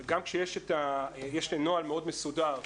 יש נוהל מאוד מסודר,